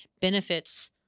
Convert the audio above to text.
benefits